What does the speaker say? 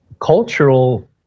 cultural